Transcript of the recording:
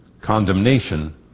Condemnation